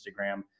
Instagram